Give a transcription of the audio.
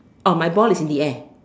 oh my ball is in the air